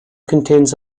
contains